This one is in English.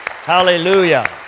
Hallelujah